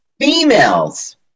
females